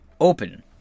open